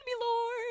Lord